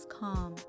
calm